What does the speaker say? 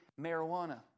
marijuana